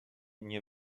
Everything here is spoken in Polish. nie